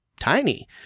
tiny